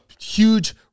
huge